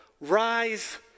Rise